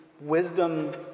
wisdom